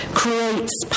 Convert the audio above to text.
creates